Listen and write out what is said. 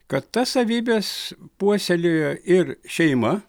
kad tas savybes puoselėjo ir šeima